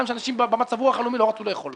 שאנשים במצב הרוח הלאומי לא רצו לאכול בה.